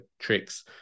tricks